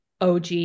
og